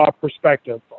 perspective